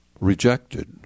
rejected